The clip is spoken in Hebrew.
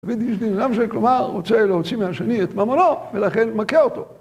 עביד איניש דינא לנפשיה, כלומר רוצה להוציא מהשני את ממונו, ולכן מכה אותו.